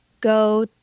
go